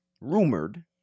rumored